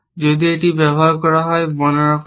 যদি এটি ব্যবহার করা হয় বর্ণনা করা হয়